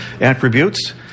attributes